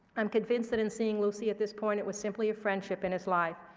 i'm convinced that, in seeing lucy at this point, it was simply a friendship in his life.